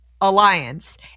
Alliance